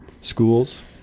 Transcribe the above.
Schools